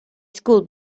school